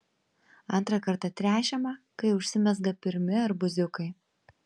antrą kartą tręšiama kai užsimezga pirmi arbūziukai